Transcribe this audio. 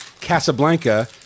Casablanca